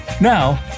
Now